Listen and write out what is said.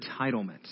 entitlement